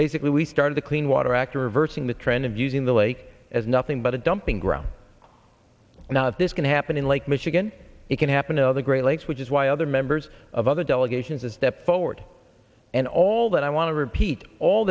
basically we started the clean water act reversing the trend of using the lake as nothing but a dumping ground now if this can happen in lake michigan it can happen to other great lakes which is why other members of other delegations of step forward and all that i want to repeat all